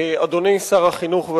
אדוני שר החינוך,